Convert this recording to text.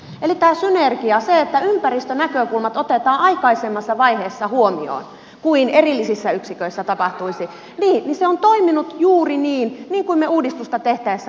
eli tämä synergia se että ympäristönäkökulmat otetaan aikaisemmassa vaiheessa huomioon kuin erillisissä yksiköissä tapahtuisi niin se on toiminut juuri niin niin kuin me uudistusta tehtäessä halusimmekin toimia